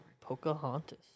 Pocahontas